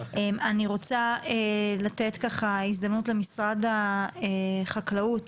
אני רוצה לתת הזדמנות למשרד החקלאות